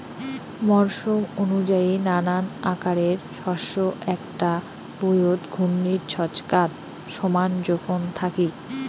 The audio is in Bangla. মরসুম অনুযায়ী নানান আকারের শস্য এ্যাকটা ভুঁইয়ত ঘূর্ণির ছচকাত সমান জোখন থাকি